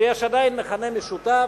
שיש עדיין מכנה משותף,